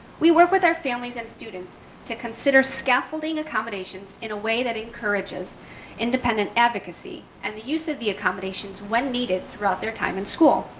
we work with their families and students to consider scaffolding accommodations in a way that encourages independent advocacy and the use of the accommodations when needed throughout their time in school.